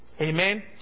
Amen